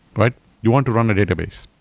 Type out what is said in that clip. but you want to run a database.